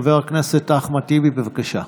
חבר הכנסת אחמד טיבי, בבקשה.